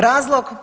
Razlog?